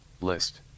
List